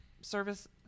service